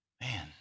Man